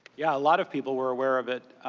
yeah, a lot of people were aware of it.